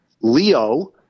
Leo